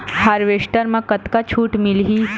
Harvester म कतका छूट मिलही?